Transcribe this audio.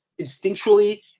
instinctually